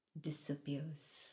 disappears